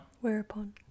Whereupon